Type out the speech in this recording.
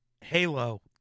Halo